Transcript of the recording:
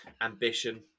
ambition